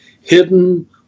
hidden